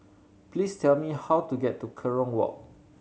please tell me how to get to Kerong Walk